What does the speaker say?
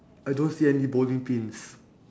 I don't see any bowling pins